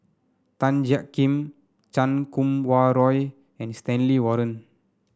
Tan Jiak Kim Chan Kum Wah Roy and Stanley Warren